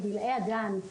בגילאי הגן,